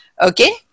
Okay